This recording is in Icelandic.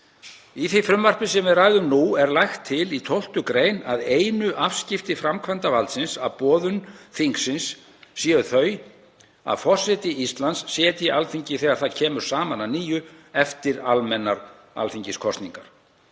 Í því frumvarpi sem við ræðum nú er lagt til í 12. gr. að einu afskipti framkvæmdarvaldsins af boðun þingsins séu þau að forseti Íslands setji Alþingi þegar það kemur saman að nýju eftir almennar alþingiskosningar.